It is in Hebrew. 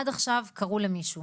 עד עכשיו קראו למישהו